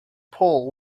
pole